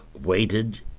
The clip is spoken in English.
waited